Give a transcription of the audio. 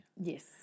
Yes